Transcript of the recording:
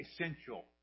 essential